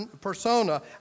persona